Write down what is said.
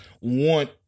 Want